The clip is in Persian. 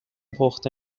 پخته